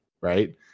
right